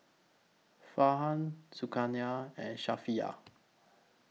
Farhan Zulkarnain and Safiya